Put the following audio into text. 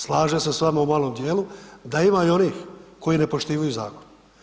Slažem se s vama u malom dijelu da ima i onih koji ne poštivaju zakon.